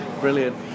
Brilliant